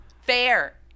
fair